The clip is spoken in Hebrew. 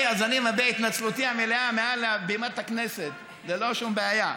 אז אני מביע התנצלותי המלאה מעל בית הכנסת ללא שום בעיה.